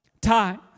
time